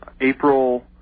April